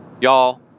y'all